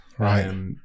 Right